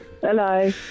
Hello